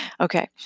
Okay